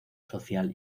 social